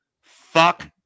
Fuck